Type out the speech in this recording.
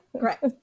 Correct